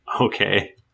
Okay